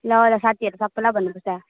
ल ल साथीहरू सबैलाई भन्नुपर्छ